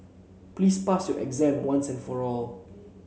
please pass your exam once and for all